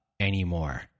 anymore